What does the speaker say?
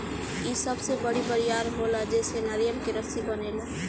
इ सबसे बड़ी बरियार होला जेसे नारियर के रसरी बनेला